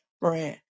brand